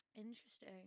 interesting